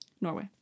Norway